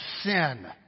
sin